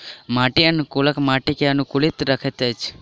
माटि अनुकूलक माटि के अनुकूलित रखैत अछि